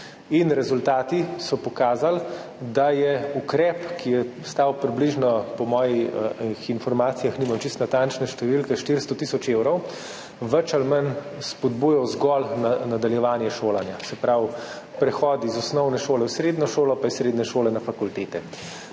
Rezultati so pokazali, da je ukrep, ki je stal približno, po mojih informacijah, nimam čisto natančne številke, 400 tisoč evrov, več ali manj spodbujal zgolj nadaljevanje šolanja, se pravi, prehod iz osnovne šole v srednjo šolo pa iz srednje šole na fakultete.